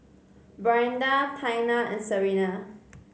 Brianda Taina and Serena